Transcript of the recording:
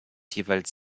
jeweils